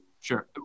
sure